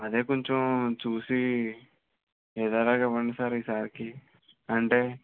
అదే కొంచెం చూసి ఏదోలా ఇవ్వండి సార్ ఈసారికి అంటే